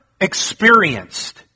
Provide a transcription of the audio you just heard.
experienced